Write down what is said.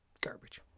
Garbage